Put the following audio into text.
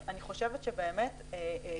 אני חושבת שגרייס,